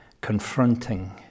confronting